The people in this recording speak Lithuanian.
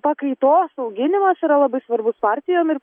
pakaitos auginimas yra labai svarbus partijom ir